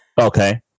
Okay